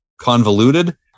convoluted